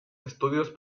estudios